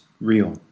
real